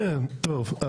טוב,